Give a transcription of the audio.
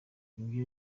ibyo